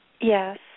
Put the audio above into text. Yes